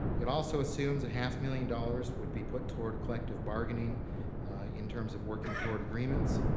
it also assumes that half million dollars will be put toward a collective bargaining in terms of working toward agreements.